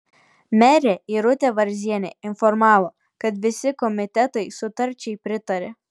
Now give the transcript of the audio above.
merė irutė varzienė informavo kad visi komitetai sutarčiai pritarė